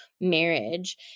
marriage